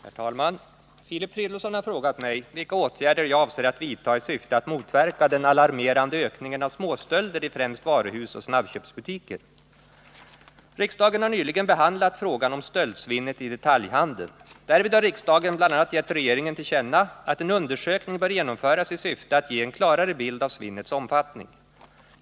Herr talman! Filip Fridolfsson har frågat mig vilka åtgärder jag avser att vidta i syfte att motverka den alarmerande ökningen av småstölder i främst varuhus och snabbköpsbutiker. Riksdagen har nyligen behandlat frågan om stöldsvinnet i detaljhandeln . Därvid har riksdagen bl.a. gett regeringen till känna att en undersökning bör genomföras i syfte att ge en klarare bild av svinnets omfattning.